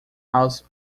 aos